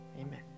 amen